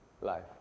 life